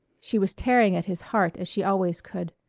she was tearing at his heart as she always could.